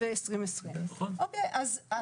מה